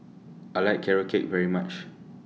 I like Carrot Cake very much